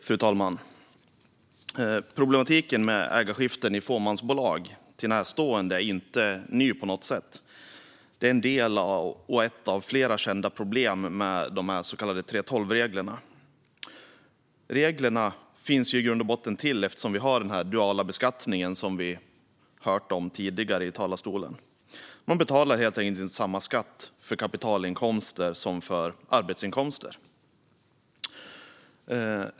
Fru talman! Problematiken med ägarskiften till närstående i fåmansbolag är inte ny på något sätt. Det är ett av flera kända problem med de så kallade 3:12-reglerna. Dessa regler finns i grund och botten till på grund av den duala beskattning vi har hört om från talarstolen, det vill säga att man helt enkelt inte betalar samma skatt för kapitalinkomster som man gör för arbetsinkomster.